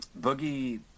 Boogie